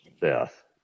death